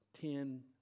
ten